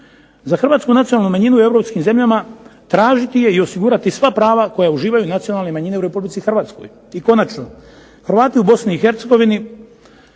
Za hrvatsku nacionalnu manjinu u europskim zemljama tražiti je i osigurati sva prava koja uživaju nacionalne manjine u Republici Hrvatskoj. I konačno, Hrvati u Bosni i Hercegovini